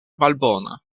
malbona